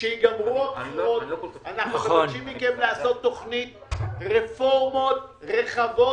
כשייגמרו הבחירות אנחנו מבקשים מכם לעשות תוכנית רפורמות רחבה מאוד.